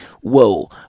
Whoa